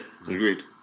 agreed